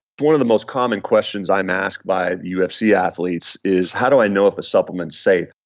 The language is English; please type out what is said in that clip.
one of the most common questions i'm asked by the ufc athletes is how do i know if a supplement is safe.